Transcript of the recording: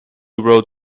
road